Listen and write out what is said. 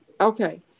Okay